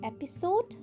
episode